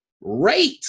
rate